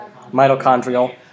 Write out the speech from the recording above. mitochondrial